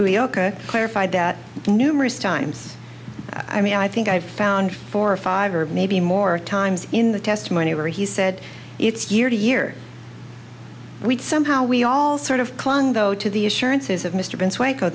oka clarified that numerous times i mean i think i've found four or five or maybe more times in the testimony where he said it's year to year we somehow we all sort of clung though to the assurances of mr vance waco